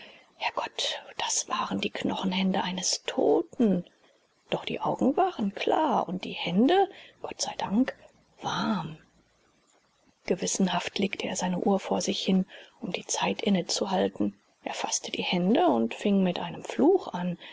herrgott das waren die knochenhände eines toten doch die augen waren klar und die hände gott sei dank warm gewissenhaft legte er seine uhr vor sich hin um die zeit inne zu halten erfaßte die hände und fing mit einem fluch an